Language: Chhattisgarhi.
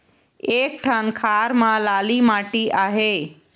एक ठन खार म लाली माटी आहे?